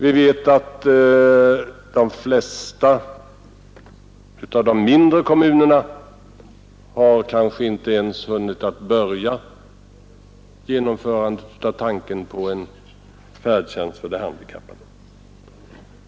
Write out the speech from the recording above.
Vi vet att de flesta mindre kommuner kanske inte ens har hunnit börja genomförandet av tanken på en färdtjänst för de handikappade.